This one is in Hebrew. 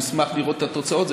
נשמח לראות את התוצאות.